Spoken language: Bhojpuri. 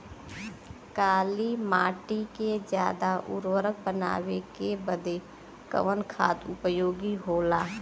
काली माटी के ज्यादा उर्वरक बनावे के बदे कवन खाद उपयोगी होला?